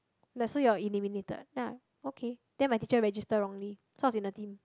ya so you're eliminated then I okay then my teacher register wrongly so I was in the team